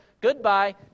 Goodbye